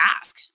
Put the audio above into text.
ask